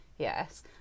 yes